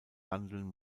handeln